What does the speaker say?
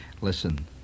Listen